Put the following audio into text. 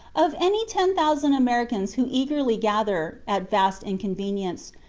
of any ten thousand americans who eagerly gather, at vast inconvenience,